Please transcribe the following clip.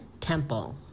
Temple